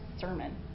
sermon